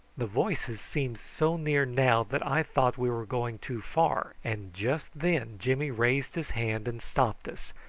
the voices seemed so near now that i thought we were going too far, and just then jimmy raised his hand and stopped us,